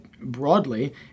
broadly